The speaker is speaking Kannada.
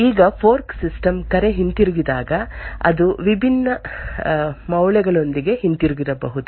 ಈಗ ಫೋರ್ಕ್ ಸಿಸ್ಟಮ್ ಕರೆ ಹಿಂತಿರುಗಿದಾಗ ಅದು ವಿಭಿನ್ನ ಮೌಲ್ಯಗಳೊಂದಿಗೆ ಹಿಂತಿರುಗಬಹುದು